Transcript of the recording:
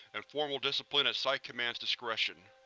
and formal discipline at site command's discretion.